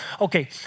okay